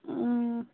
ٲں